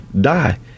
die